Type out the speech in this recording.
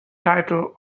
title